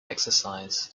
exercise